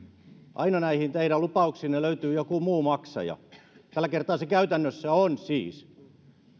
aina näihin teidän lupauksiinne löytyy joku muu maksaja tällä kertaa se käytännössä on siis